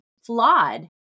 flawed